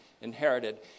inherited